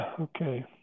Okay